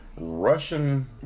Russian